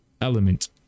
element